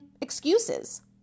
excuses